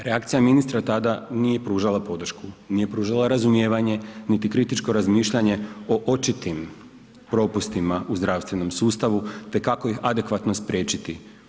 Reakcija ministra tada nije pružala podršku, nije pružala razumijevanje niti kritičko razmišljanje o očitim propustima u zdravstvenom sustavu te kako ih adekvatno spriječiti.